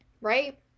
right